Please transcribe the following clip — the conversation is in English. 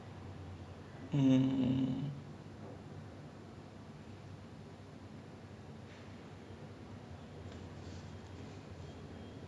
so like அத கேட்டுட்டு:atha kettuttu I was like ya lah like அம்மா சொல்றது:amma solrathu correct uh தா:thaa so ever since then I if I want to drink I will only drink maximum like five or six cups only